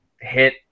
hit